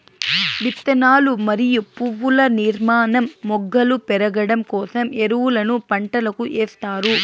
విత్తనాలు మరియు పువ్వుల నిర్మాణం, మొగ్గలు పెరగడం కోసం ఎరువులను పంటలకు ఎస్తారు